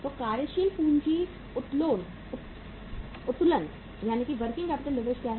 तो कार्यशील पूंजी उत्तोलन क्या है